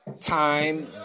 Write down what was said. time